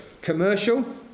commercial